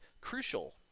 crucial